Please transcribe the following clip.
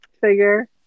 figure